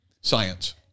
science